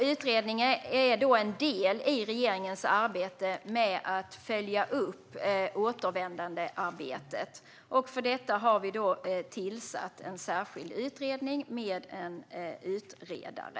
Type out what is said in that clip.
Utredningen är en del i regeringens arbete med att följa upp återvändandearbetet. För detta har vi tillsatt en särskild utredning med en utredare.